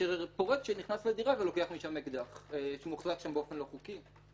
מאשר פורץ שנכנס לדירה ולוקח משם אקדח שמוחזק שם באופן לא חוקי למשל.